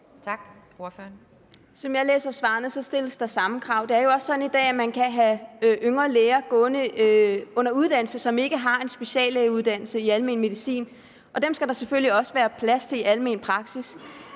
Som jeg læser svarene, stilles der samme krav. Det er jo også sådan i dag, at man kan have yngre læger gående under uddannelse, som ikke har en speciallægeuddannelse i almen medicin, og dem skal der selvfølgelig også være plads til i almen praksis.